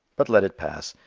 but let it pass.